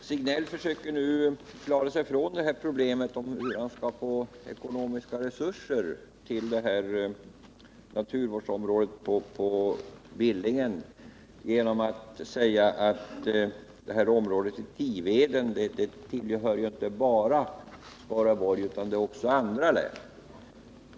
Herr talman! Sven-Gösta Signell försöker nu klara sig ur problemet hur han skall få ekonomiska resurser till detta naturvårdsområde på Billingen genom att säga att området i Tiveden inte tillhör bara Skaraborgs län utan också andra län.